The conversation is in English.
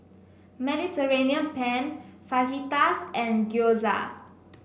Mediterranean Penne Fajitas and Gyoza